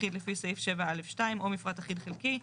אחיד לפי סעיף 7(א)(2) או מפרט אחיד חלקי.